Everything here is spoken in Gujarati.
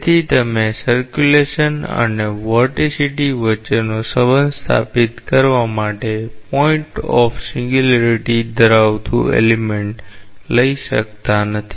તેથી તમે પરિભ્રમણ અને વાર્ટિસિટી વચ્ચેનો સંબંધ સ્થાપિત કરવા માટે પોઇન્ટ ઓફ સિંગ્યુલારિટી ધરાવતું તત્વ લઈ શકતા નથી